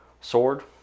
sword